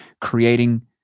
creating